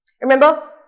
Remember